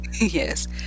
yes